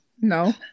No